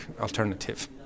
alternative